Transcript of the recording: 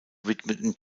widmeten